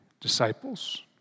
disciples